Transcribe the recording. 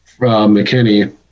McKinney